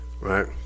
Right